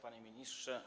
Panie Ministrze!